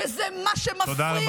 וזה מה שמפריע,